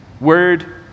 word